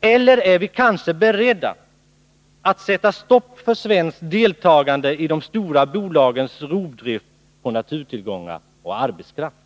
Eller är vi kanske beredda att sätta stopp för svenskt deltagande i de stora bolagens rovdrift på naturtillgångar och arbetskraft?